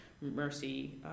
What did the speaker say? Mercy